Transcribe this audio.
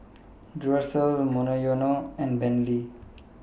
Duracell Monoyono and Bentley